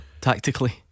Tactically